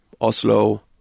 Oslo